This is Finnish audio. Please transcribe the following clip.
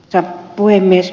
arvoisa puhemies